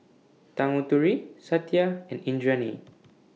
Tanguturi Satya and Indranee